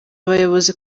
bayobozi